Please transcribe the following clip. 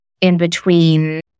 in-between